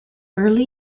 early